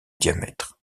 diamètre